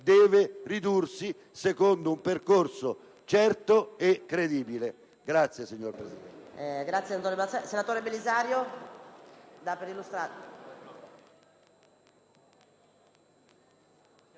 deve ridursi secondo un percorso certo e credibile.